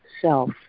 self